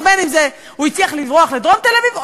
בין שהצליח לברוח לדרום תל-אביב,